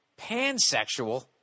pansexual